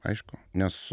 aišku nes